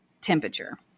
temperature